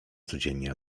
codziennie